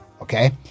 okay